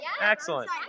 Excellent